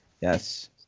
Yes